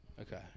Okay